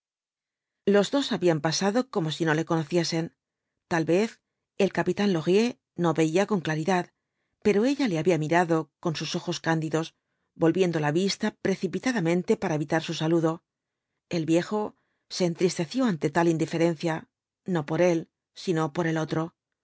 los dos habían pasado como si no le conociesen tal vez el capitán laurier no veía con claridad pero ella le había mirado con sus ojos candidos volviendo la vista precipitadamente para evitar su saludo el viejo se entristeció ante tal indiferencia no por él sino por el otro